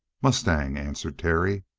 mustang, answered terry.